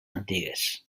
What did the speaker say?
antigues